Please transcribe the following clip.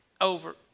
over